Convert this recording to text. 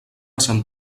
sant